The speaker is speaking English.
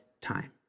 time